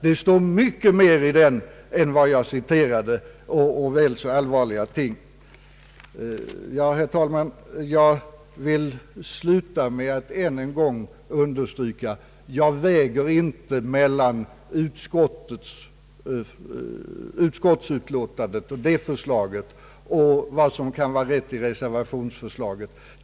Det står mycket mer i den än vad jag har citerat, och väl så allvarliga ting. Herr talman! Jag vill sluta med att än en gång understryka att jag inte väger mellan utskottets förslag och vad som kan anses vara rätt i reservationen.